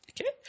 Okay